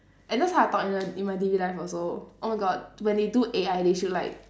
I know how I talk in a in my daily life also oh my god when they do A_I they should like